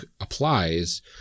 applies